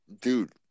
Dude